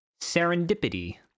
Serendipity